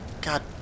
God